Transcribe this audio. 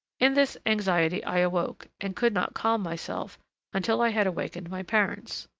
in this anxiety i awoke, and could not calm myself until i had awakened my parents.